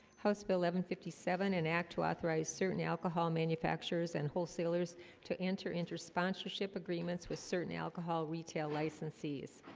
house bill eleven fifty seven and act to authorize certain alcohol manufacturers and wholesalers to enter inter sponsorship agreements with certain alcohol retail licensees